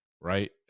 right